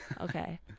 Okay